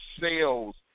sales